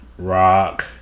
rock